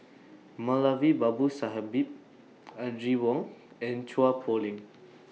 Moulavi Babu Sahib Audrey Wong and Chua Poh Leng